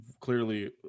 clearly